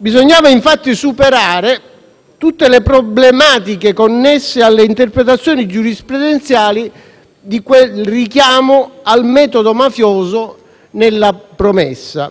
Bisognava, infatti, superare tutte le problematiche connesse alle interpretazioni giurisprudenziali di quel richiamo al metodo mafioso nella promessa,